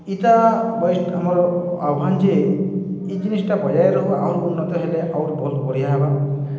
ଇଟା ବଷ୍ଟ ଆମର୍ ଆହ୍ୱାନ୍ ଯେ ଇ ଜିନିଷ୍ଟା ବଜାୟ ରହୁ ଆହୁରି ଉନ୍ନତ ହେଲେ ଆହୁରି ବହୁତ୍ ବଢ଼ିଆ ହେବା